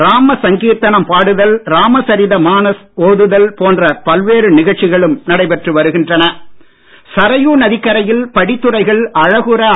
ராம சங்கீர்த்தனம் பாடுதல் ராமசரித மானஸ் ஓதுதல் போன்ற பல்வேறு நிகழ்ச்சிகளும் நடைபெற்று சரயூ நதிக்கரையில் படித்துறைகள் அழகுற வருகின்றன